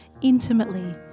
intimately